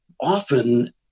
often